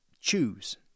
choose